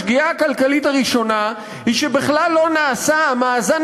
השגיאה הכלכלית הראשונה היא שבכלל לא נעשה המאזן